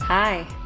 Hi